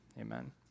amen